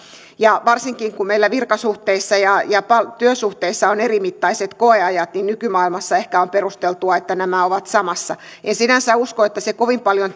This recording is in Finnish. ja varsinkin kun meillä virkasuhteissa ja ja työsuhteissa on erimittaiset koeajat niin nykymaailmassa ehkä on perusteltua että nämä ovat samassa en sinänsä usko että se kovin paljon